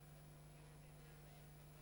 נאמן.